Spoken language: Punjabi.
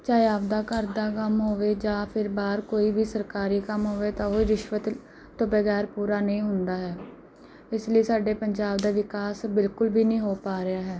ਚਾਹੇ ਆਪਦਾ ਘਰ ਦਾ ਕੰਮ ਹੋਵੇ ਜਾਂ ਫਿਰ ਬਾਹਰ ਕੋਈ ਵੀ ਸਰਕਾਰੀ ਕੰਮ ਹੋਵੇ ਤਾਂ ਉਹ ਰਿਸ਼ਵਤ ਤੋਂ ਬਗੈਰ ਪੂਰਾ ਨਹੀਂ ਹੁੰਦਾ ਹੈ ਇਸ ਲਈ ਸਾਡੇ ਪੰਜਾਬ ਦਾ ਵਿਕਾਸ ਬਿਲਕੁਲ ਵੀ ਨਹੀਂ ਹੋ ਪਾ ਰਿਹਾ ਹੈ